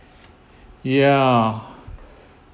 ya